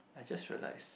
I just realise